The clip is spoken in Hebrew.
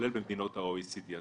כולל במדינות ה-OECD.